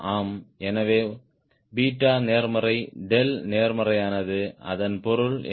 ஆம் எனவே 𝛽 நேர்மறை 𝛿 நேர்மறையானது அதன் பொருள் என்ன